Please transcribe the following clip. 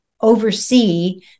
oversee